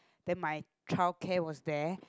then my childcare was there